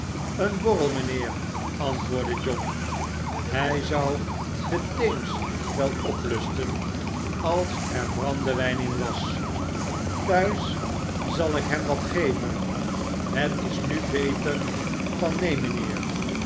een borrel mijnheer antwoordde john hij zou den theems wel oplusten als er brandewijn in was thuis zal ikhem wat geven het is nu beter van neen